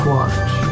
Watch